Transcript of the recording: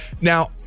Now